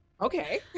okay